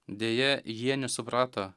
deja jie nesuprato